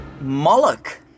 Moloch